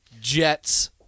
Jets